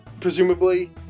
Presumably